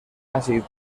àcid